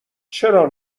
چرا